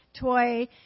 toy